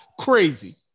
Crazy